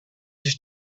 his